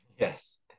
Yes